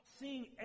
seeing